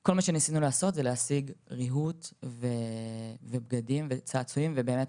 כל מה שניסינו לעשות זה להשיג ריהוט ובגדים וצעצועים ובאמת,